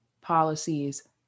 policies